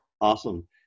Awesome